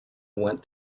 went